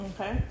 Okay